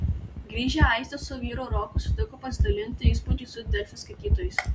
grįžę aistė su vyru roku sutiko pasidalinti įspūdžiais su delfi skaitytojais